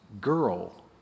girl